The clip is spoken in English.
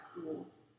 schools